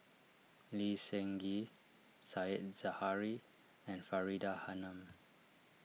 Lee Seng Gee Said Zahari and Faridah Hanum